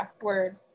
word